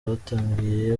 batangiye